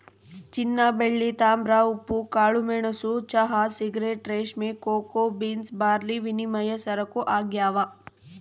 ಚಿನ್ನಬೆಳ್ಳಿ ತಾಮ್ರ ಉಪ್ಪು ಕಾಳುಮೆಣಸು ಚಹಾ ಸಿಗರೇಟ್ ರೇಷ್ಮೆ ಕೋಕೋ ಬೀನ್ಸ್ ಬಾರ್ಲಿವಿನಿಮಯ ಸರಕು ಆಗ್ಯಾವ